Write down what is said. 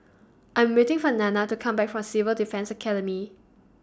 I'm waiting For Nanna to Come Back from Civil Defence Academy